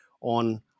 on